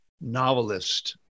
novelist